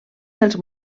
dels